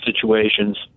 situations